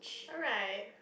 alright